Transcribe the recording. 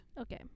Okay